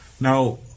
Now